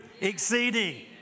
exceeding